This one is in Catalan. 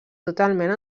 totalment